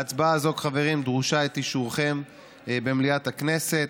בהצבעה הזאת, חברים, דרוש אישורכם במליאת הכנסת: